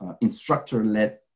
instructor-led